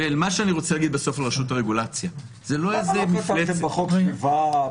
רשות הרגולציה זה לא איזה מפלצת --- לא כתבתם בחוק "סביבה",